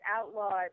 outlawed